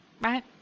right